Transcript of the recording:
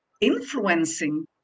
influencing